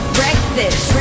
breakfast